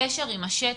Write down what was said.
הקשר עם השטח.